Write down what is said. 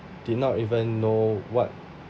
did not even know what